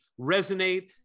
resonate